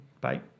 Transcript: Bye